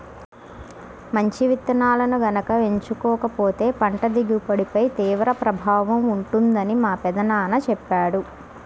మంచి విత్తనాలను గనక ఎంచుకోకపోతే పంట దిగుబడిపై తీవ్ర ప్రభావం ఉంటుందని మా పెదనాన్న చెప్పాడు